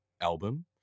album